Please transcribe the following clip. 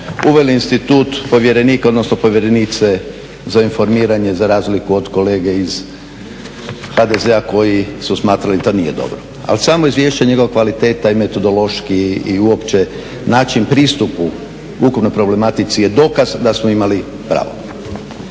uveli institut povjerenika odnosno povjerenice za informiranje za razliku od kolege iz HDZ-a koji su smatrali da nije dobro. Ali samo izvješće, njegova kvaliteta i metodološki i uopće način pristupu ukupnoj problematici je dokaz da smo imali pravo.